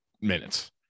minutes